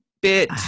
bit